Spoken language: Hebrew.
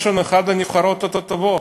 יש לנו אחת הנבחרות הטובות.